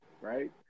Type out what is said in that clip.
right